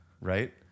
Right